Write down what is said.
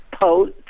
post